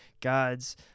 gods